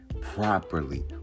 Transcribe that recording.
properly